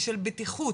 בשביל בטיחות,